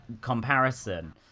comparison